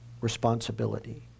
responsibility